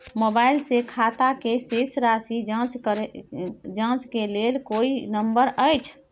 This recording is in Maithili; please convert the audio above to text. मोबाइल से खाता के शेस राशि जाँच के लेल कोई नंबर अएछ?